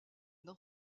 dans